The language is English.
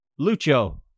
Lucho